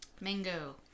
Mango